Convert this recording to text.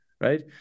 Right